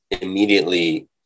immediately